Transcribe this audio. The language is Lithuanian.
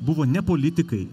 buvo ne politikai